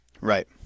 right